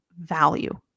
value